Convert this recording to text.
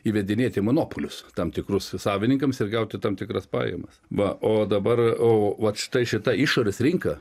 įvedinėti monopolius tam tikrus savininkams ir gauti tam tikras pajamas va o dabar o vat štai šita išorės rinka